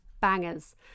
bangers